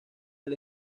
del